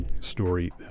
story